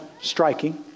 striking